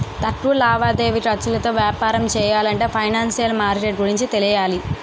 తక్కువ లావాదేవీ ఖర్చులతో వ్యాపారం చెయ్యాలంటే ఫైనాన్సిషియల్ మార్కెట్ గురించి తెలియాలి